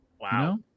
Wow